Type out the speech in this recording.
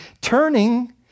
turning